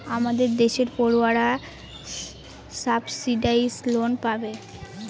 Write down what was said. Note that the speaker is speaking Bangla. আমাদের দেশের পড়ুয়ারা সাবসিডাইস লোন পাবে